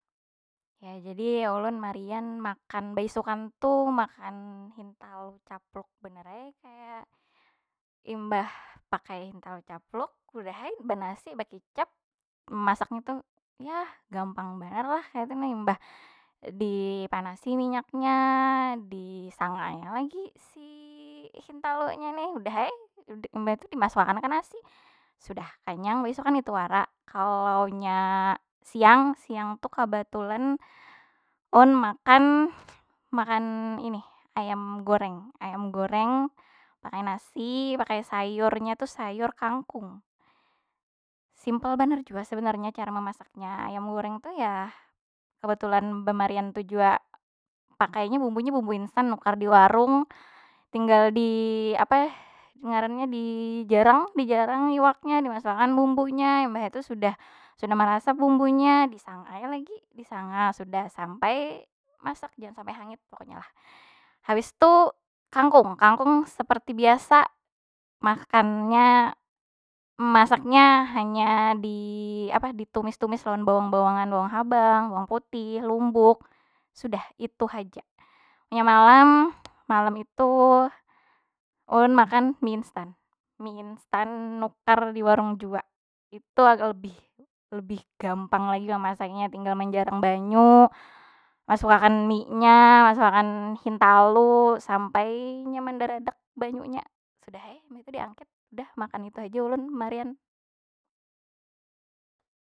Ya jadi ulun marian makan, baisukan tu makan hintalu capluk banar ai kaya, imbah pakai hintalu capluk udah ai banasi bakicap. Masaknya tu yah gampang banar lah, kaytu nah. Imbah dipanasi minyaknya, disanganya lagi si hintalunya ni. Udah ai mabh itu dimasuk akan ke nasi, sudah kanyang. Baisukan itu wara. Kalaunya siang, siang tu kabatulan ulun makan, makan inih ayam goreng. Ayam goreng pakai nasi, pakai sayurnya tuh sayur kangkung. Simple banar jua sebenarnya cara memasaknya. Ayam goreng tu ya, kebetulan bemarian tu jua pakainya bumbunya bumbu instant, nukar di warung. Tinggal di, apa ngarannya? Dijarang, dijarang iwaknya, dimasuk akan bumbunya. Imbah itu sudah- sudah marasap bumbunya disanga ai lagi. Disanga sudah, sampai masak jangan sampai hangit pokonya lah. Habis tu, kangkung. Kangkung seperti biasa makannya, masaknya hanya di apa? Ditumis- tumis lawan bawang- bawangan. Bawang habang, bawang putih, lumbuk, sudah itu haja. Munnya malam, malam itu ulun makan mie instant. Mie instant nukar di warung jua. Itu agak lebih- lebih gampang lagi mamasaknya. Tinggal menjarang banyu, masuk akan mie nya, masuk akan hintalu sampai inya mandaradak banyu nya. Sudah ai, mbah itu diangkit. Dah makan itu haja ulun bamarian.